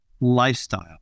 lifestyle